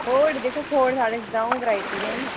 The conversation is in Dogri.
खोढ दिक्खो खोढ साढ़ै कश द'ऊं वैरायटी दे न